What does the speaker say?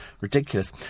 Ridiculous